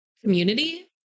community